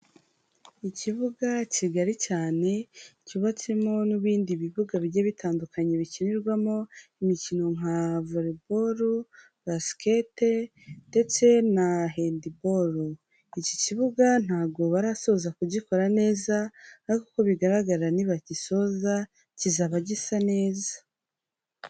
Ikibuga kigali cyane, cyubatsemo n'ibindi bibuga bigiye bitandukanye, bikinirwamo imikino nka vore boro, basiketi, ndetse na handi boro. iki kibuga ntago barasoza kugikora neza, ariko uko bigaragara nibagisoza kizaba gisa neza.